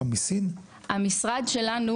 המשרד שלכם אמון על קיום בקרה על העסקת חברות ביצוע מסין?